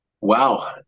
Wow